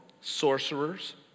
sorcerers